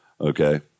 okay